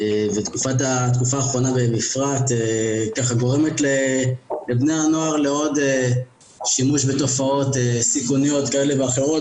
ובפרט גורמת לבני הנוער לעוד שימוש בתופעות סיכוניות כאלה ואחרות